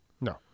no